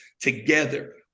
together